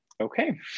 okay